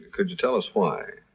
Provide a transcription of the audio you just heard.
could you tell us why?